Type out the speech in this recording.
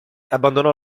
abbandonò